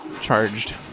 Charged